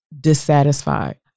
dissatisfied